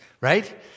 right